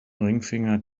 ringfinger